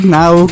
now